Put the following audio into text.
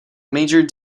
major